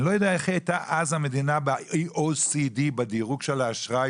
אני לא יודע איך הייתה אז המדינה ב-OECD בדירוג של האשראי